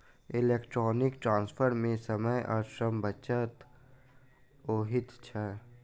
electronic transfer मे समय आ श्रमक बचत होइत छै